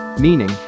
Meaning